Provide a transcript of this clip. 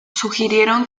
sugirieron